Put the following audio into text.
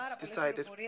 decided